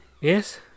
Yes